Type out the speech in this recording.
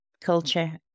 culture